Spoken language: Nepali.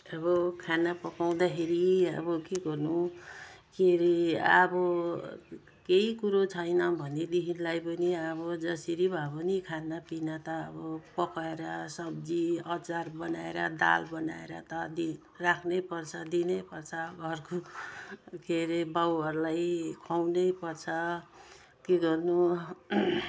अब खाना पकाउँदाखेरि अब के गर्नु के अरे अब केही कुरो छैन भनेदेखिलाई पनि अब जसरी भए पनि खानापिना त अब पकाएर सब्जी अचार बनाएर दाल बनाएर त राख्नैपर्छ दिनैपर्छ घरको के अरे बाबुहरूलाई खुवाउनैपर्छ के गर्नु